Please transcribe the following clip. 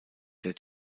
der